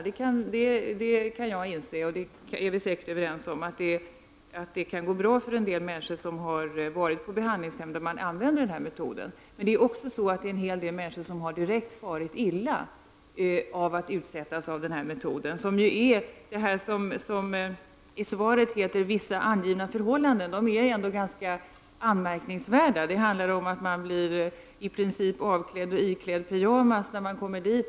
Det kan jag inse, och vi är säkert överens om att det kan gå bra för en del av de människor som har varit på behandlingshem där denna behandlingsmetod används. Men en del människor har också direkt farit illa av att utsättas för denna metod. Det som i svaret kallas för ”vissa angivna förhållanden” är ändå ganska anmärkningsvärt. Det handlar om att i princip bli avklädd för att sedan bli iklädd en pyjamas när man kommer till hemmet.